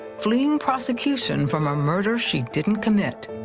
fleeing prosecution from a murder she didn't commit.